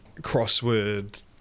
crossword